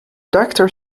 doctor